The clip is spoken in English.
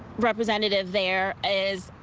representative there is.